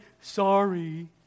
sorry